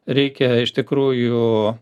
reikia iš tikrųjų